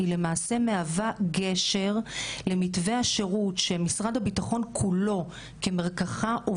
היא למעשה מהווה גשר למתווה השירות שמשרד הביטחון כולו כמרקחה,